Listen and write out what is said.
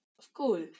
school